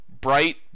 bright